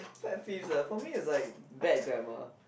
pet peeves ah for me is like bad grammar